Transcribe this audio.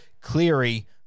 Cleary